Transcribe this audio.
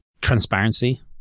transparency